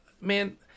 man